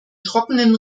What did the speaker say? trockenen